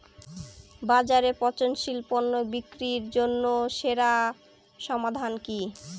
বাজারে পচনশীল পণ্য বিক্রির জন্য সেরা সমাধান কি?